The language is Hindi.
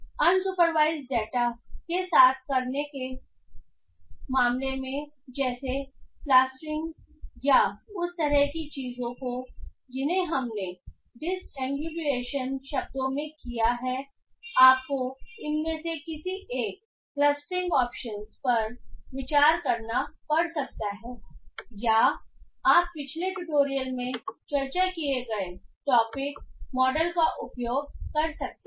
अनसुपरवाइज्ड डेटा के साथ काम करने के मामले में जैसे प्लास्टरिंग या उस तरह की चीजों को जिन्हें हमने डिसएंबिगुएशन शब्दों में किया है आपको इनमें से किसी एक क्लस्टरिंग ऑप्शंस पर विचार करना पड़ सकता है या आप पिछले ट्यूटोरियल में चर्चा किए गए टॉपिक मॉडल का उपयोग कर सकते हैं